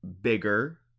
bigger